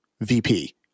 VP